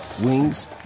Wings